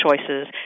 choices